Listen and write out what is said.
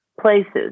places